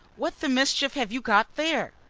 what the mischief have you got there?